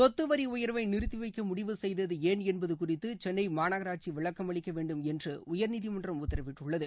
சொத்துவரி உயர்வை நிறுத்திவைக்க முடிவு செய்தது ஏன் என்பது குறித்து சென்னை மாநகராட்சி விளக்கம் அளிக்க வேண்டும் என்று உயர்நீதிமன்றம் உத்தரவிட்டுள்ளது